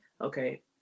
okay